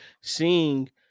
Seeing